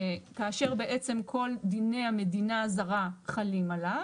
כאשר בעצם כל דיני המדינה הזרה חלים עליו,